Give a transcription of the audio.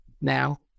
now